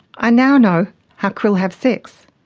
i now know how krill have sex,